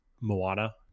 Moana